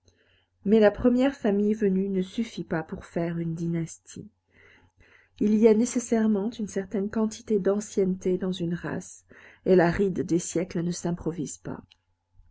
mais la première famille venue ne suffit pas pour faire une dynastie il y a nécessairement une certaine quantité d'ancienneté dans une race et la ride des siècles ne s'improvise pas